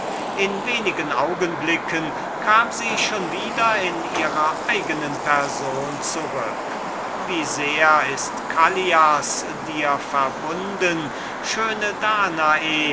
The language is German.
in wenigen minuten kam sie schon wieder in ihrer eignen person zurück wie sehr ist callias dir verbunden schöne danae